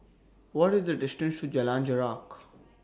What IS The distance to Jalan Jarak